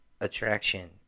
attraction